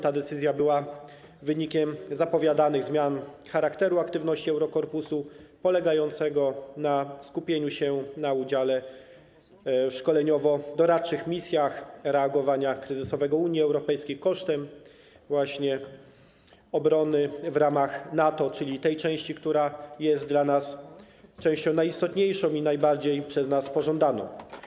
Ta decyzja była wynikiem zapowiadanych zmian charakteru aktywności Eurokorpusu, polegających na skupieniu się na udziale w szkoleniowo-doradczych misjach reagowania kryzysowego Unii Europejskiej kosztem obrony w ramach NATO, czyli tej części, która jest dla nas częścią najistotniejszą i najbardziej przez nas pożądaną.